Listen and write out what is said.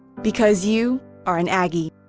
because you are an aggie.